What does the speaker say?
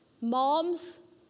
Moms